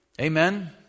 Amen